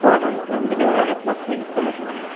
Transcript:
होय होय home delivery आहे प्लस फ्री इंस्टॉलेशन आहे